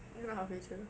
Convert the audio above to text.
we're not halfway through